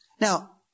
Now